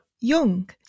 young